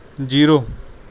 zero